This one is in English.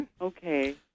Okay